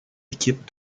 équipe